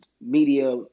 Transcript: media